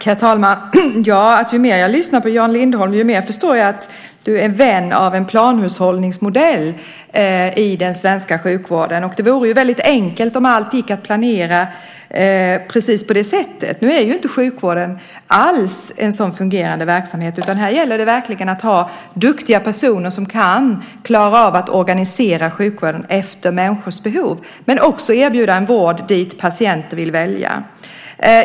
Herr talman! Ju mer jag lyssnar på Jan Lindholm, desto mer förstår jag att han är vän av en planhushållningsmodell i den svenska sjukvården. Det vore enkelt om allt gick att planera på det sättet. Nu är sjukvården inte en verksamhet som fungerar så, utan här gäller det att ha duktiga personer som klarar av att organisera sjukvården efter människors behov och erbjuda en vård som patienter vill välja.